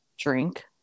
drink